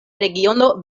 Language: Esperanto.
regiono